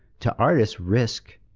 to artists, risk